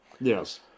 Yes